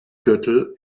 gürtel